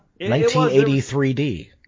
1983D